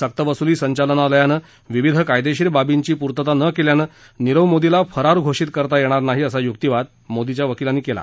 सक्तवसुली संचालनालयानं विविध कायदेशीर बाबींची पूर्तता न केल्यानं नीरव मोदीला फरार घोषित करता येणार नाही असा युक्तीवाद मोदीच्या वकीलानी केला